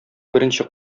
беренче